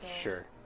Sure